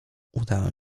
udałem